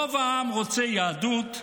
רוב העם רוצה יהדות,